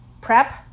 prep